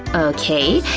okay,